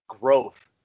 growth